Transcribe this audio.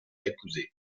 épousée